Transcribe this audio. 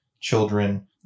children